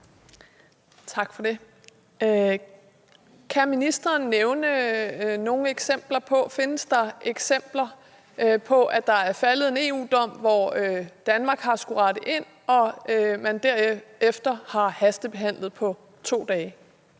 Tak for det. Kan ministeren oplyse, om der findes eksempler på, at der er faldet en EU-dom, som Danmark har skullet rette ind efter, og at man derefter har hastebehandlet på 2 dage?